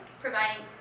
providing